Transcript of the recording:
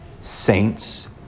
saints